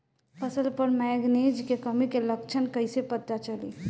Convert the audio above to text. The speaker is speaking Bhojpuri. फसल पर मैगनीज के कमी के लक्षण कइसे पता चली?